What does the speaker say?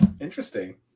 Interesting